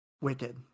wicked